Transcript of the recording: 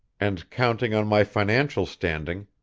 and counting on my financial standing,